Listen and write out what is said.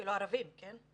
של הערבים, כן?